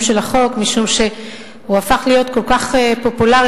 של החוק משום שהוא הפך להיות כל כך פופולרי,